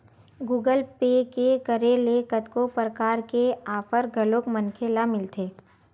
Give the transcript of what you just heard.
Google Pay के करे ले कतको परकार के आफर घलोक मनखे ल मिलथे